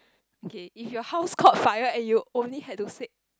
kay if your house caught fire and you only had to save